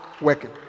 working